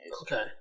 Okay